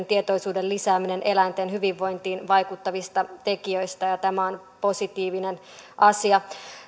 tietoisuuden lisääminen eläinten hyvinvointiin vaikuttavista tekijöistä tämä on positiivinen asia